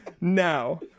now